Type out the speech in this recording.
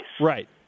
Right